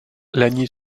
lagny